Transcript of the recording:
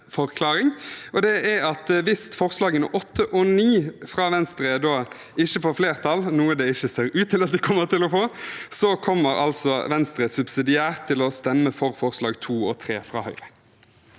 hvis forslagene nr. 8 og 9, fra Venstre, ikke får flertall, noe det ser ut til at de ikke kommer til å få, kommer Venstre subsidiært til å stemme for forslagene nr. 2 og 3, fra Høyre.